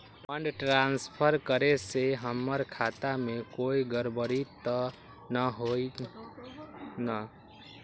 Fund transfer करे से हमर खाता में कोई गड़बड़ी त न होई न?